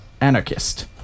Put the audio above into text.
Anarchist